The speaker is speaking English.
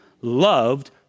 loved